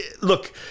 Look